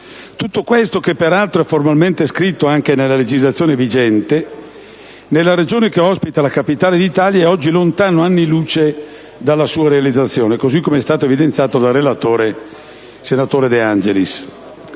Tutto questo, che peraltro è formalmente scritto anche nella legislazione vigente, nella regione che ospita la capitale d'Italia è oggi lontano anni luce dalla sua realizzazione, così come è stato evidenziato dal relatore, senatore De Angelis.